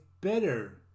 better